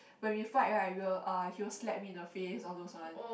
when we fight right we'll uh he will slap me in the face all those one